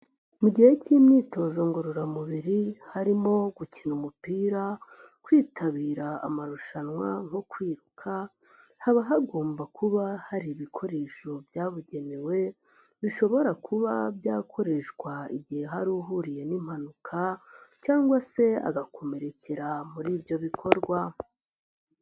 Mu gihe cy'imyitozo ngororamubiri harimo gukina umupira, kwitabira amarushanwa nko kwiruka, haba hagomba kuba hari ibikoresho byabugenewe, bishobora kuba byakoreshwa igihe hari uhuriye n'impanuka cyangwa se agakomerekera muri ibyo bikorwa.